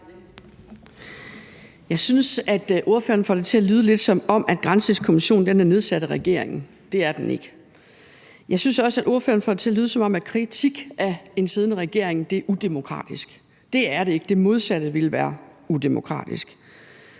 Jeg synes, at ordføreren lidt får det til at lyde, som om Granskningskommissionen er nedsat af regeringen – det er den ikke. Jeg synes også, at ordføreren får det til at lyde, som om kritik af en siddende regering er udemokratisk – det er det ikke; det modsatte ville være udemokratisk.